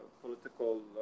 political